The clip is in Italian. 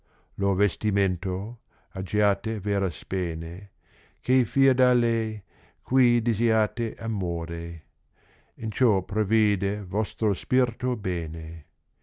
lo vestimento aggtate vera spene che fia da lei cui disiate amore e n ciò provvide vostro spirto bene